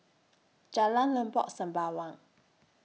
Jalan Lengkok Sembawang